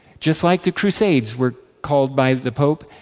just like the crusades were called by the pope,